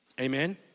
Amen